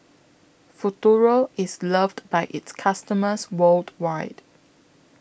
Futuro IS loved By its customers worldwide